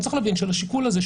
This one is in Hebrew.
הוא צריך להבין שלשיקול הזה,